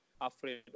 afraid